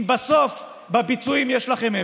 אם בסוף בביצועים יש לכם אפס?